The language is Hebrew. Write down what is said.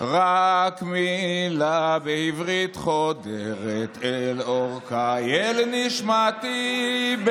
"רק מילה בעברית חודרת / אל עורקיי, אל נשמתי.